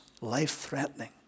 life-threatening